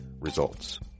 Results